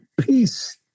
peace